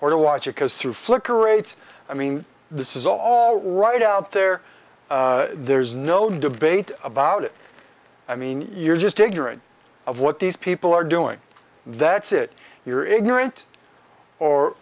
or to watch it because through flicker rates i mean this is all right out there there's no debate about it i mean you're just ignorant of what these people are doing that's it you're ignorant or